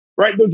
Right